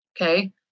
Okay